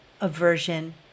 aversion